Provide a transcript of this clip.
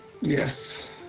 Yes